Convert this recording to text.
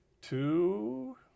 two